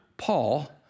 Paul